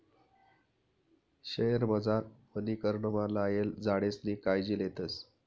शयेरमझार वनीकरणमा लायेल झाडेसनी कायजी लेतस